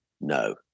No